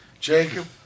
Jacob